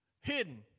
Hidden